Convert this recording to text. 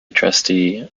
trustee